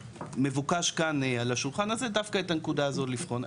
מבוקש כאן על השולחן הזה דווקא את הנקודה הזו לבחון.